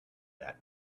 that